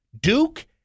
Duke